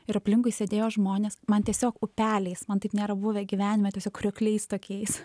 ir aplinkui sėdėjo žmonės man tiesiog upeliais man taip nėra buvę gyvenime tiesiog kriokliais tokiais